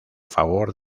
favor